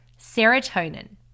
Serotonin